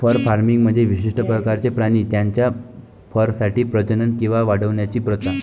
fur farming म्हणजे विशिष्ट प्रकारचे प्राणी त्यांच्या फरसाठी प्रजनन किंवा वाढवण्याची प्रथा